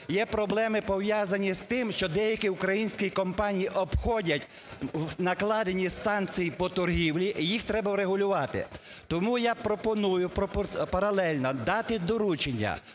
є проблеми, пов'язані з тим, що деякі українські компанії обходять накладені санкції по торгівлі, їх треба врегулювати. Тому я пропоную паралельно дати доручення